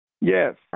Yes